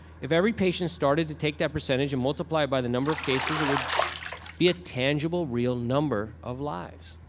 if every patient started to take that percentage and multiply it by the number of cases, cases, it would be a tangible, real number of lives.